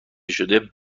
شده